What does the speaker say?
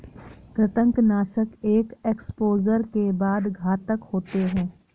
कृंतकनाशक एक एक्सपोजर के बाद घातक होते हैं